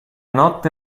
notte